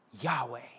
Yahweh